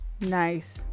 nice